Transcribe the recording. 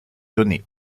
donnée